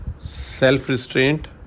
self-restraint